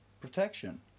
protection